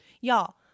Y'all